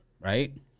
right